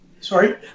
Sorry